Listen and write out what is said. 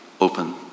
open